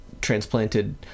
transplanted